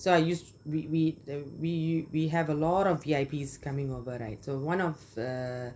so I used we we uh we we have a lot of V_I_P coming over right so one of uh